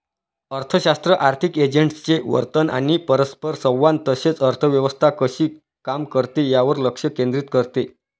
अर्थशास्त्र आर्थिक एजंट्सचे वर्तन आणि परस्परसंवाद तसेच अर्थव्यवस्था कशी काम करते यावर लक्ष केंद्रित करते